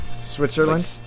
Switzerland